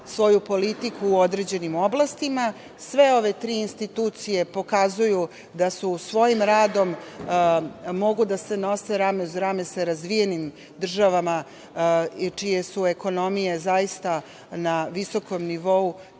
svoju politiku u određenim oblastima. Sve ove tri institucije pokazuju da svojim radom mogu da se nose rame uz rame sa razvijenim državama čije su ekonomije zaista na visokom nivou,